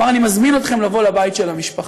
הוא אמר: אני מזמין אתכם לבוא לבית של המשפחה.